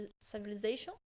civilization